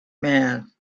man